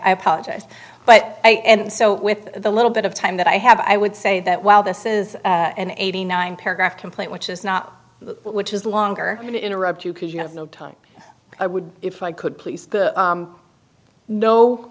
i apologize but and so with the little bit of time that i have i would say that while this is an eighty nine paragraph complaint which is not which is longer going to interrupt you because you have no time i would if i could